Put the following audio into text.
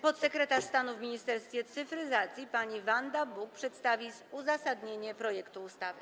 Podsekretarz stanu w Ministerstwie Cyfryzacji pani Wanda Buk przedstawi uzasadnienie projektu ustawy.